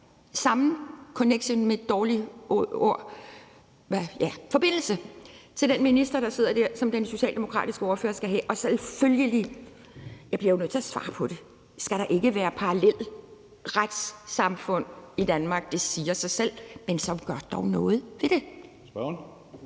hellere videre. Det er den der forbindelse til den minister, der sidder der, som den socialdemokratiske ordfører skal have. Og selvfølgelig – jeg bliver jo nødt til at svare på det – skal der ikke være parallelle retssamfund i Danmark. Det siger sig selv. Men så gør dog noget ved det.